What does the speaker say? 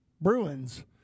bruins